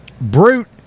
Brute